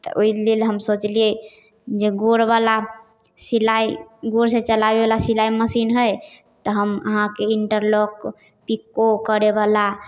तऽ ओहि लेल हम सोचलिए जे गोरवला सिलाइ गोरसँ चलाबैवला सिलाइ मशीन हइ तऽ हम अहाँके इन्टरलॉक पिक्को करैवला